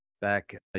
back